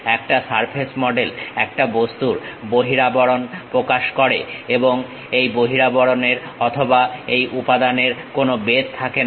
একটা surface model একটা বস্তুর বহিরাবরণ প্রকাশ করে এই বহিরাবরণের অথবা এই উপাদানের কোনো বেধ থাকেনা